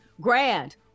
grand